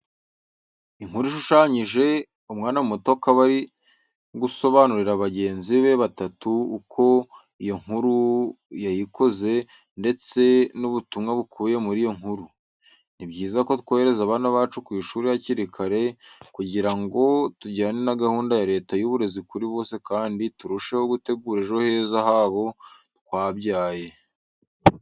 Inkuru ishushanyije, umwana muto akaba ari gusobanurira bagenzi be batatu uko iyo nkuru yayikoze ndetse n'ubutumwa bukubiye muri iyo nkuru. Ni byiza ko twohereza abana bacu ku ishuri hakiri kare kugira ngo tujyane na gahunda ya Leta y'uburezi kuri bose kandi turusheho gutegura ejo heza h'abo twabyaye.